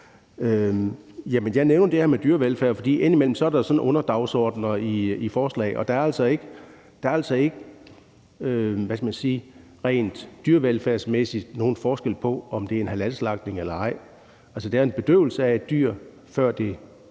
Jeg nævnte det her med dyrevelfærd, for indimellem er der sådan underdagsordener i forslag, og der er altså ikke rent dyrevelfærdsmæssigt nogen forskel på, om det er en halalslagtning eller ej. Det er en bedøvelse af et dyr, før det